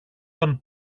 τον